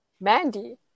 Mandy